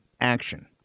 action